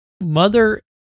mother